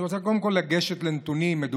אני רוצה קודם כול לגשת לנתונים: הרי